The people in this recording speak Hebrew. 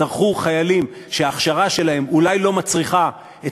יצטרכו חיילים שההכשרה שלהם אולי לא מצריכה את